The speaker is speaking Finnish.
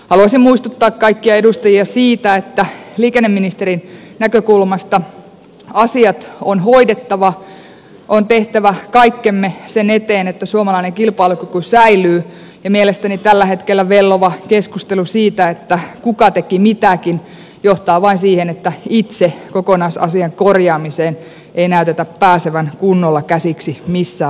haluaisin muistuttaa kaikkia edustajia siitä että liikenneministerin näkökulmasta asiat on hoidettava on tehtävä kaikkemme sen eteen että suomalainen kilpailukyky säilyy ja mielestäni tällä hetkellä vellova keskustelu siitä kuka teki mitäkin johtaa vain siihen että itse kokonaisasian korjaamiseen ei näytä päästävän kunnolla käsiksi missään vaiheessa